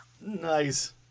Nice